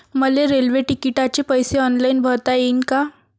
मले रेल्वे तिकिटाचे पैसे ऑनलाईन भरता येईन का?